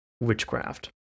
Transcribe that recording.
witchcraft